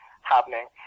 happening